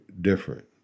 different